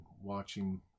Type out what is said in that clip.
watching